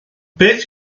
beth